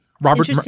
Robert